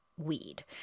weed